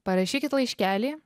parašykit laiškelį